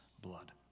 blood